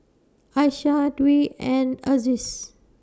Aisyah Dwi and Aziz